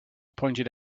pointed